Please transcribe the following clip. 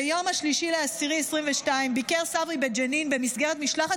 ביום 3 באוקטובר 2022 ביקר צברי בג'נין במסגרת משלחת